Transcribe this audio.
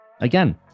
Again